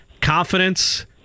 confidence